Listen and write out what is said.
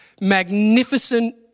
magnificent